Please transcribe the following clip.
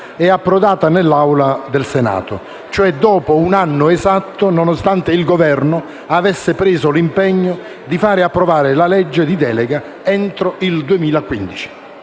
è approdata nell'Aula del Senato, cioè dopo un anno esatto, nonostante il Governo avesse preso l'impegno di far approvare la legge delega entro il 2015.